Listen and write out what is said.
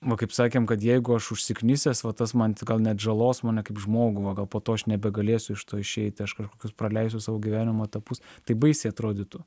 va kaip sakėm kad jeigu aš užsiknisęs va tas man tai gal net žalos mane kaip žmogų o gal po to aš nebegalėsiu iš to išeiti aš kažkokius praleisiu savo gyvenimo etapus tai baisiai atrodytų